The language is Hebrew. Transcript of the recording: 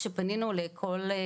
כשפנינו לכל,